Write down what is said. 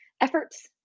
efforts